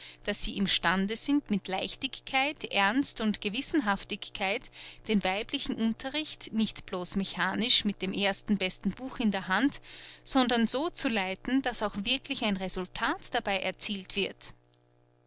daß sie im stande sind mit leichtigkeit ernst und gewissenhaftigkeit den weiblichen unterricht nicht blos mechanisch mit dem ersten besten buch in der hand sondern so zu leiten daß auch wirklich ein resultat dabei erzielt wird